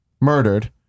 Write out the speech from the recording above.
murdered